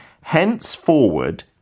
Henceforward